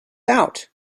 out